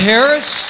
Harris